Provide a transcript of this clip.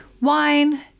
wine